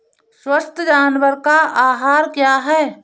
स्वस्थ जानवर का आहार क्या है?